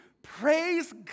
Praise